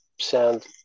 sound